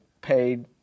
paid